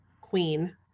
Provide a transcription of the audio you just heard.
queen